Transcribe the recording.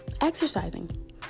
exercising